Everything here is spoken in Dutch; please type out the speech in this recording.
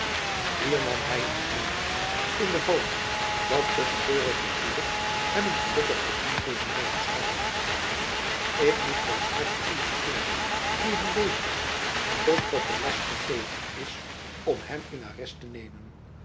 hier nam hy een snuifjen in de hoop dat het geurige poeder hem een gelukkige ingeving zoû verschaffen ik moet volstrekt iemand vinden die hem bezig houdt tot dat de last gegeven is om hem in arrest te nemen